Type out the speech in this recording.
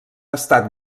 estat